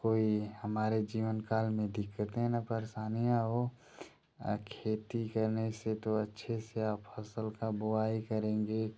कोई हमारे जीवनकाल में दिक्कतें न परेशानियाँ हो आ खेती करने से तो अच्छे से आप फ़स्ल का बुआई करेंगे